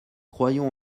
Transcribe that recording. croyons